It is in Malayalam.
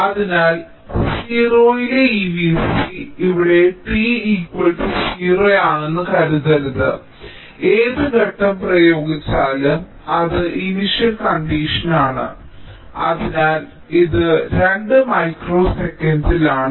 അതിനാൽ 0 യിലെ ഈ V c ഇവിടെ t 0 ആണെന്ന് കരുതരുത് ഏത് ഘട്ടം പ്രയോഗിച്ചാലും അത് ഇനിഷ്യൽ കണ്ടീഷൻ ആണ് അതിനാൽ ഇത് 2 മൈക്രോ സെക്കൻഡിലാണ്